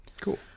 cool